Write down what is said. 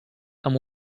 amb